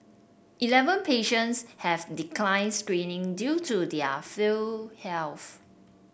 eleven patients have declined screening due to their frail health